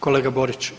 Kolega Borić.